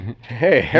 Hey